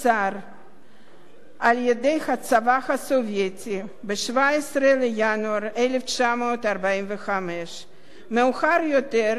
על-ידי הצבא הסובייטי ב-17 בינואר 1945. מאוחר יותר ניסה סטלין